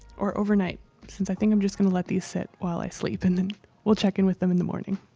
or overnight since i think i'm just gonna let these sit while i sleep and then we'll check in with them in the morning.